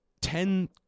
ten